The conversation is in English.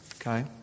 Okay